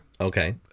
Okay